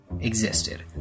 existed